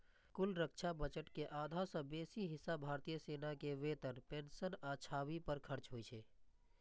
कुल रक्षा बजट के आधा सं बेसी हिस्सा भारतीय सेना के वेतन, पेंशन आ छावनी पर खर्च होइ छै